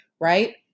right